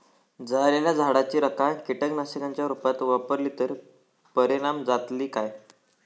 जळालेल्या झाडाची रखा कीटकनाशकांच्या रुपात वापरली तर परिणाम जातली काय?